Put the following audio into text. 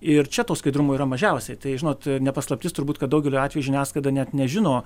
ir čia to skaidrumo yra mažiausiai tai žinot ne paslaptis turbūt kad daugeliu atveju žiniasklaida net nežino